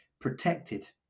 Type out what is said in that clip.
protected